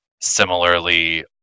Similarly